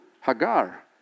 Hagar